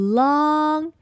long